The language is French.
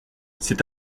c’est